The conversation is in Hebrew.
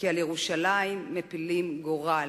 כי על ירושלים מפילים גורל,